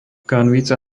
kanvica